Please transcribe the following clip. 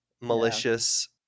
malicious